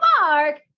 Mark